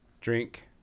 Drink